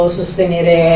sostenere